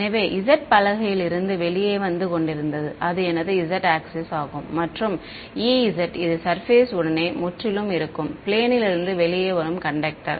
எனவே z பலகையில் இருந்து வெளியே வந்து கொண்டிருந்தது அது எனது z ஆக்ஸிஸ் ஆகும் மற்றும் E z இது சர்பேஸ் உடனே முற்றிலும் இருக்கும் பிளேனிலிருந்து வெளியே வரும் கண்டக்டர்